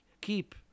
keep